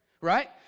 Right